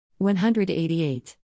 188